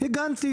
הגנתי.